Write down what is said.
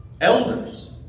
elders